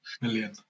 million